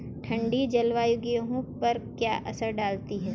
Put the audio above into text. ठंडी जलवायु गेहूँ पर क्या असर डालती है?